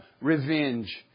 revenge